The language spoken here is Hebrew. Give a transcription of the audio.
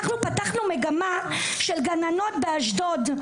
אנחנו פתחנו מגמה של גננות באשדוד.